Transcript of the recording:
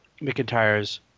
McIntyre's